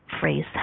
phrase